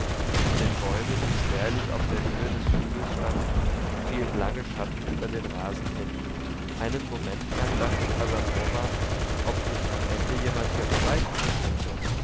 von den bäumen die spärlich auf der höhe des hügels standen fielen lange schatten über den rasen hin einen moment lang dachte casanova ob nicht am ende jemand hier vorbeikommen könnte